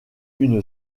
une